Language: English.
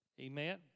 Amen